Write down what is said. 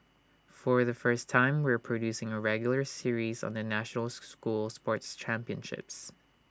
for the first time we are producing A regular series on the nationals school sports championships